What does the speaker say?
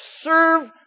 Serve